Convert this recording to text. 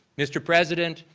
mr. president,